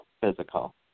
physical